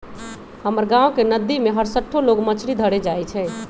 हमर गांव के नद्दी में हरसठ्ठो लोग मछरी धरे जाइ छइ